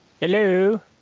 Hello